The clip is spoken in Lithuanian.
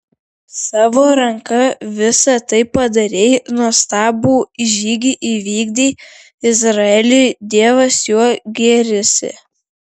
savo ranka visa tai padarei nuostabų žygį įvykdei izraeliui dievas juo gėrisi